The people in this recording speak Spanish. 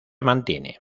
mantiene